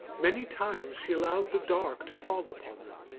many times she allowed the dark to fall upon them,